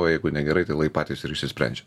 o jeigu negerai tai lai patys ir šsisprendž